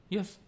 Yes